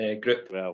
group